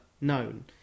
known